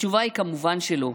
התשובה היא כמובן שלא.